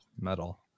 metal